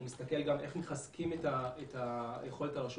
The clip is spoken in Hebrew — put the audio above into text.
אנחנו נסתכל גם על איך מחזקים את היכולת של הרשות